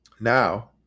now